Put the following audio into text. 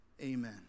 Amen